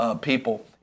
people